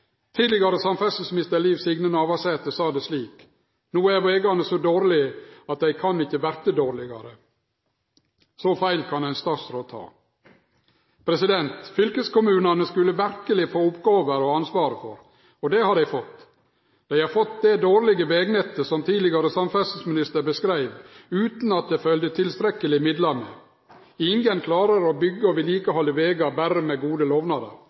Tidlegare samferdselsminister Liv Signe Navarsete sa det slik: No er vegane så dårlege at dei kan ikkje verte dårlegare. Så feil kan ein statsråd ta. Fylkeskommunane skulle verkeleg få oppgåver og ansvar, og det har dei fått. Dei har fått det dårlege vegnettet som den tidlegare samferdselsministeren beskreiv, utan at det følgde med tilstrekkeleg med midlar. Ingen klarer å byggje og vedlikehalde vegar berre med gode lovnader,